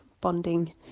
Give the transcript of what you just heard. bonding